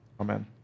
Amen